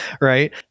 right